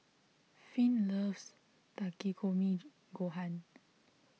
Finn loves Takikomi Gohan